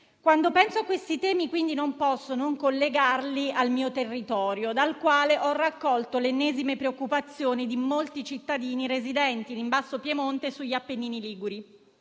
Quando penso a questi temi non posso non collegarli al mio territorio, dal quale ho raccolto le ennesime preoccupazioni di molti cittadini residenti nel basso Piemonte e sugli appennini liguri.